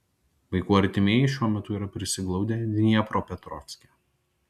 vaikų artimieji šiuo metu yra prisiglaudę dniepropetrovske